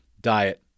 diet